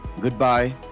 Goodbye